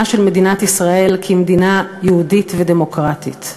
של מדינת ישראל כמדינה יהודית ודמוקרטית?